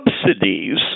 subsidies